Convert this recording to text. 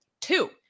Two